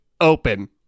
open